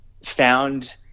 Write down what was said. found